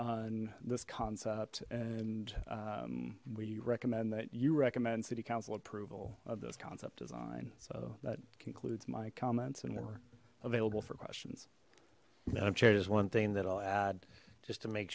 on this concept and we recommend that you recommend city council approval of this concept design so that concludes my comments and we're available for questions and i'm sure there's one thing that i'll add just to make